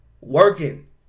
Working